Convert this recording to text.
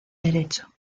derecho